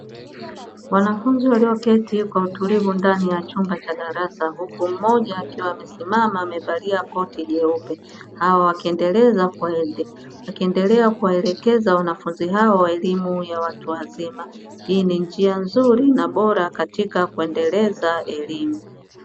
Wanafunzi walioketi kwa utulivu ndani ya chumba cha darasa, huku mmoja akiwa amesimama amevalia koti jeupe, wakiendelea kuwaelekeza wanafunzi hawa wa elimu ya watu wazima. Hii ni njia nzuri na bora katika kuendeleza elimu.